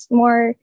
more